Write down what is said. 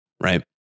Right